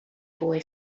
boy